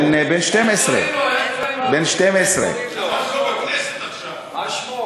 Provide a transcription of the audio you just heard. בן 12. מה שמו?